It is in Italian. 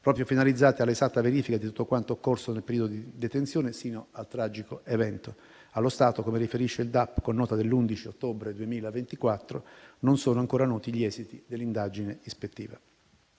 proprio finalizzate alla esatta verifica di tutto quanto occorso nel periodo di detenzione sino al tragico evento; allo stato, come riferisce il DAP con nota dell'11 ottobre 2024, non sono ancora noti gli esiti dell'indagine ispettiva.